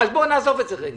אז נעזוב את זה רגע.